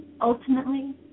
ultimately